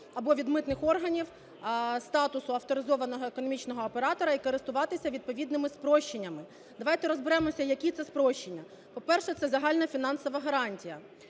або від митних органів статусу авторизованого економічного оператора і користуватися відповідними спрощеннями. Давайте розберемося, які це спрощення. По-перше, це загальна фінансова гарантія.